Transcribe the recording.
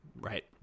right